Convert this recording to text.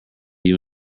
you